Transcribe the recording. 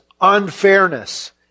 unfairness